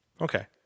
Okay